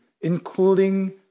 Including